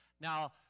Now